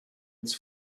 its